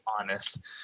honest